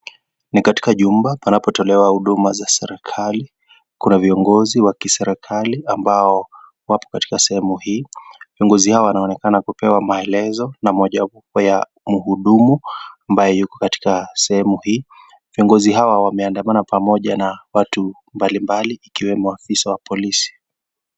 Ni katika jumba panapotolewa huduma za serikali. Kuna viongozi wa kiserikali ambao wapo katika sehemu hii. Viongozi hawa wa aonekana kupewa maelezo ya kuhudumu ambaye yuko katika sehemu hii. Viongozi hawa wameandamana pamoja na watu mbalimbali ikiwemo afisa wa polisi.